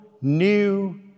new